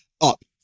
up